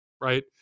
Right